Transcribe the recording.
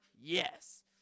Yes